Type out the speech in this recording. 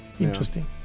Interesting